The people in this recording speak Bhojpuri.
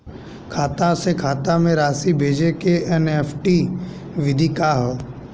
खाता से खाता में राशि भेजे के एन.ई.एफ.टी विधि का ह?